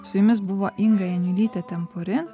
su jumis buvo inga janiulytė tempuri